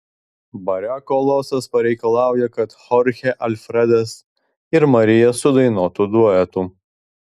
bare kolosas pareikalauja kad chorchė alfredas ir marija sudainuotų duetu